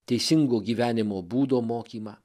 teisingo gyvenimo būdo mokymą